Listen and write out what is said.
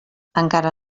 encara